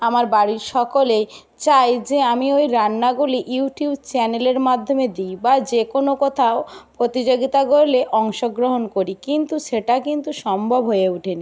আমার বাড়ির সকলেই চায় যে আমি ওই রান্নাগুলি ইউটিউব চ্যানেলের মাধ্যমে দিই বা যে কোনো কোথাও প্রতিযোগিতা করলে অংশগ্রহণ করি কিন্তু সেটা কিন্তু সম্ভব হয়ে উঠে নি